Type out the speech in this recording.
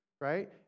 right